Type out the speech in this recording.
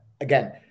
again